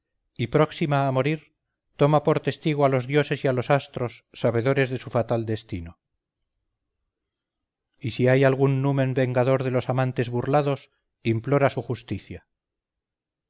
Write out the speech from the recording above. y próxima a morir toma por testigo a los dioses y a los astros sabedores de su fatal destino y si hay algún numen vengador de los amantes burlados implora su justicia